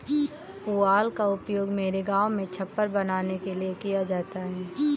पुआल का उपयोग मेरे गांव में छप्पर बनाने के लिए किया जाता है